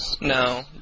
No